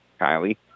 Kylie